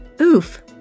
oof